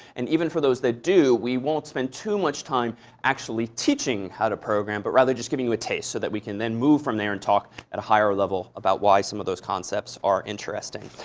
and even for those that do, we won't spend too much time actually teaching how to program, but rather just giving you a taste so that we can then move from there and talk at a higher level about why some of those concepts are interesting.